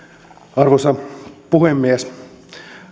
arvoisa puhemies